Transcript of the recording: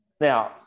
Now